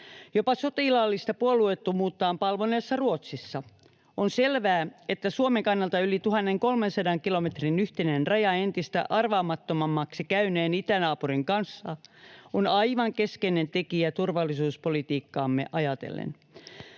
jopa sotilaallista puolueettomuuttaan palvoneessa Ruotsissa. On selvää, että Suomen kannalta yli 1 300 kilometrin yhteinen raja entistä arvaamattomammaksi käyneen itänaapurin kanssa on aivan keskeinen tekijä turvallisuuspolitiikkaamme ajatellen.